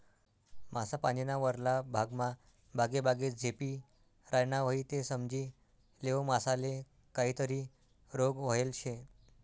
मासा पानीना वरला भागमा बागेबागे झेपी रायना व्हयी ते समजी लेवो मासाले काहीतरी रोग व्हयेल शे